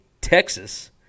Texas